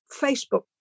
Facebook